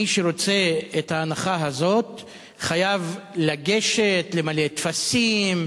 מי שרוצה את ההנחה הזאת חייב לגשת למלא טפסים,